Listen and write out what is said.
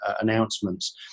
announcements